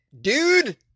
dude